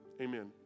amen